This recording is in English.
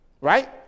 right